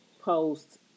Post